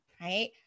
right